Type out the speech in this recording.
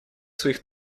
своих